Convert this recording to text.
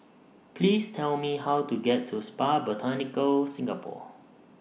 Please Tell Me How to get to Spa Botanica Singapore